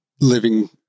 living